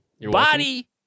body